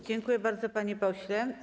Dziękuję bardzo, panie pośle.